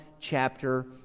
chapter